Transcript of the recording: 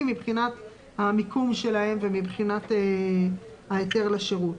מבחינת המיקום שלהם ומבחינת ההיתר לשירות.